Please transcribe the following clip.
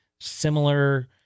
similar